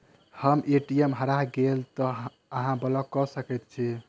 हम्मर ए.टी.एम हरा गेल की अहाँ ब्लॉक कऽ सकैत छी?